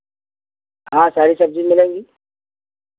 हाँ सारी सब्ज़ी मिलेगी